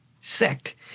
sect